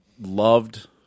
loved –